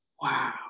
Wow